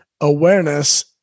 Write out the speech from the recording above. awareness